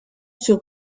sur